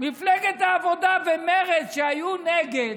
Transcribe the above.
מפלגת העבודה ומרצ, שהיו נגד,